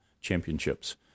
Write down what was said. championships